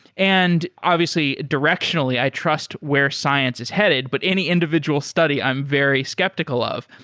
and obviously, directionally, i trust where science is headed, but any individual study i'm very skeptical of.